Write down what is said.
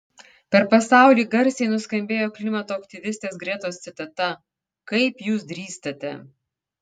per pasaulį garsiai nuskambėjo klimato aktyvistės gretos citata kaip jūs drįstate